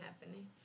happening